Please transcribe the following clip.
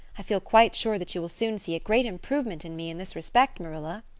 i feel quite sure that you will soon see a great improvement in me in this respect, marilla.